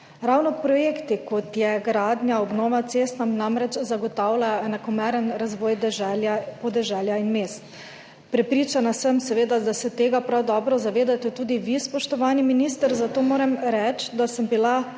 Ravno projekti, kot je gradnja, obnova cest, nam namreč zagotavljajo enakomeren razvoj podeželja in mest. Prepričana sem seveda, da se tega prav dobro zavedate tudi vi, spoštovani minister, zato moram reči, da sem bila